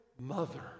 Mother